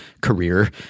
career